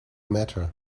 matter